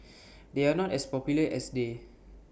they are not as popular as they